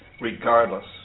regardless